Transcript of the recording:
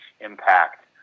impact